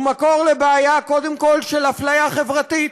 זהו מקור לבעיה קודם כול של אפליה חברתית.